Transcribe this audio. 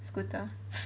scooter